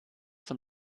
von